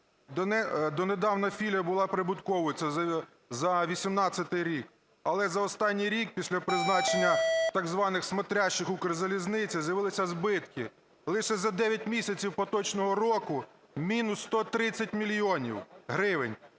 Донедавна філія була прибутковою, це за 2018 рік. Але за останній рік після призначення так званих "смотрящих" "Укрзалізниці" з'явилися збитки. Лише за 9 місяців поточного року – мінус 130 мільйонів гривень.